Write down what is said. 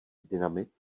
dynamit